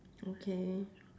okay